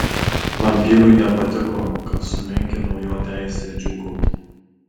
vampyrui nepatiko kad sumenkinau jo teisę džiūgauti